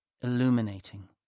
illuminating